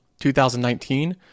2019